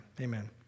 amen